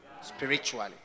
spiritually